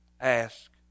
ask